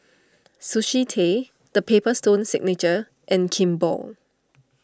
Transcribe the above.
Sushi Tei the Paper Stone Signature and Kimball